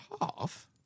Half